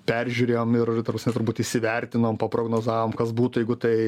peržiūrėjom ir ta prasme turbūt įsivertinom paprognozavom kas būtų jeigu tai